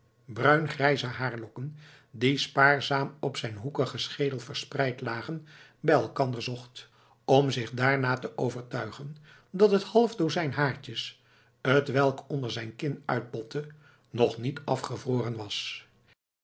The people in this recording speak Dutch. bruingrijze haarlokken die spaarzaam op zijn hoekigen schedel verspreid lagen bij elkander zocht om zich daarna te overtuigen dat het half dozijn haartjes t welk onder zijn kin uitbotte nog niet afgevroren was